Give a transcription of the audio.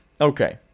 Okay